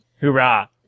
Hoorah